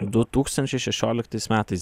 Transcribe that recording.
du tūkstančiai šešioliktais metais